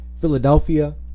philadelphia